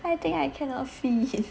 I think I cannot fit